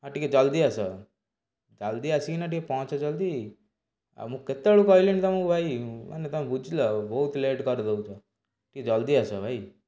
ହଁ ଟିକେ ଜଲ୍ଦି ଆସ ଜଲ୍ଦି ଆସିକି ନା ଟିକେ ପହଞ୍ଚ ଜଲ୍ଦି ଆଉ ମୁଁ କେତେବେଳୁ କହିଲିଣି ତମକୁ ଭାଇ ମାନେ ତମେ ବୁଝିଲ ବହୁତ ଲେଟ୍ କରିଦେଉଛ ଟିକେ ଜଲ୍ଦି ଆସ ଭାଇ